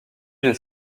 d’une